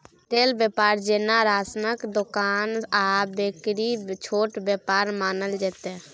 retail बेपार जेना राशनक दोकान आ बेकरी छोट बेपार मानल जेतै